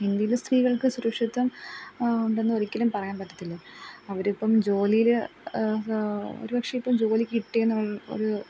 ഇന്ത്യയിൽ സ്ത്രീകൾക്ക് സുരക്ഷിതത്വം ഉണ്ടെന്ന് ഒരിക്കലും പറയാൻ പറ്റത്തില്ല അവർ ഇപ്പം ജോലിയിൽ ഒരുപക്ഷേ ഇപ്പം ജോലി കിട്ടിയെന്നൊരു